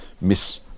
miss